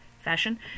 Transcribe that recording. fashion